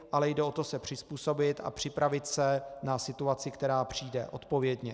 Ale jde o to se přizpůsobit a připravit se na situaci, která přijde, odpovědně.